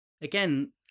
Again